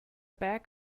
bag